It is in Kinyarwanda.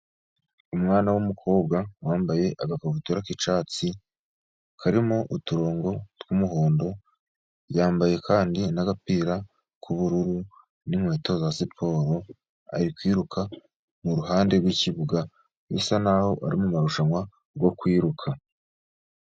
Umwana w'umukobwa wambaye agakabutura k'icyatsi, karimo uturongo tw'umuhondo, yambaye kandi n'agapira k'ubururu n'inkweto za siporo, ari kwiruka mu ruhande rw'ikibuga, bisa naho ari mu marushanwa yo kwiruka.